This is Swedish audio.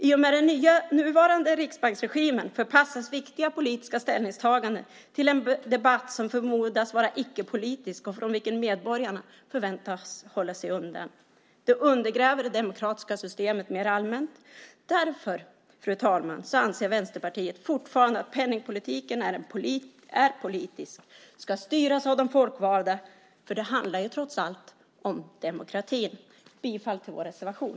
I och med den nuvarande riksbanksregimen förpassas viktiga politiska ställningstaganden till en debatt som förmodas vara icke-politisk och från vilken medborgarna förväntas hålla sig undan. Det undergräver det demokratiska systemet mer allmänt. Därför, fru talman, anser Vänsterpartiet fortfarande att penningpolitiken är politisk och ska styras av de folkvalda, för det handlar trots allt om demokratin. Jag yrkar bifall till vår reservation.